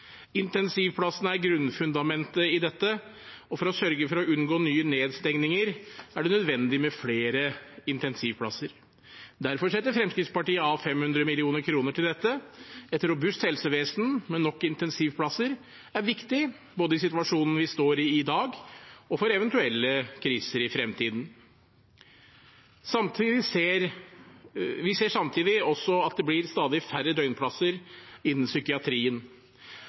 Intensivplassene er grunnfundamentet i dette, og for å sørge for å unngå nye nedstenginger er det nødvendig med flere intensivplasser. Derfor setter Fremskrittspartiet av 500 mill. kr til dette. Et robust helsevesen med nok intensivplasser er viktig, både i situasjonen vi står i i dag, og for eventuelle kriser i fremtiden. Vi ser samtidig at det blir stadig færre døgnplasser innen psykiatrien,